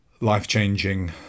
life-changing